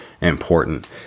important